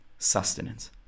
Sustenance